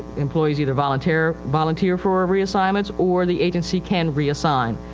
employees either volunteer, volunteer for a reassignments or the agency can reassign.